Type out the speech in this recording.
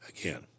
again